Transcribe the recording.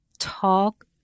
talk